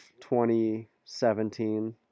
2017